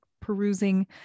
perusing